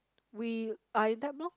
we are in debt lor